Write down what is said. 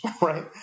right